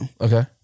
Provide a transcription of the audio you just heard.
Okay